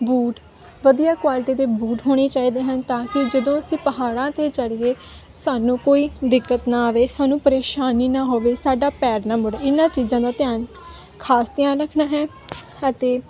boot ਵਧੀਆ quality ਦੇ boot ਹੋਣੇ ਚਾਹੀਦੇ ਹਨ ਤਾਂ ਕਿ ਜਦੋਂ ਅਸੀਂ ਪਹਾੜਾਂ 'ਤੇ ਚੜ੍ਹੀਏ ਸਾਨੂੰ ਕੋਈ ਦਿੱਕਤ ਨਾ ਆਵੇ ਸਾਨੂੰ ਪਰੇਸ਼ਾਨੀ ਨਾ ਹੋਵੇ ਸਾਡਾ ਪੈਰ ਨਾ ਮੁੜੇ ਇਹਨਾਂ ਚੀਜ਼ਾਂ ਦਾ ਧਿਆਨ ਖਾਸ ਧਿਆਨ ਰੱਖਣਾ ਹੈ ਅਤੇ